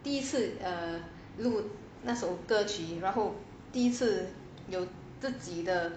第一次 err 录那首歌曲然后第一次有自己的